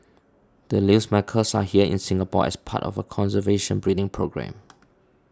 the Lear's macaws are here in Singapore as part of a conservation breeding programme